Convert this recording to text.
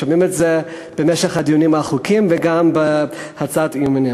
שומעים את זה במשך הדיונים על חוקים וגם בהצעת אי-אמון.